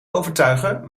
overtuigen